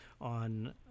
on